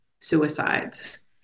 suicides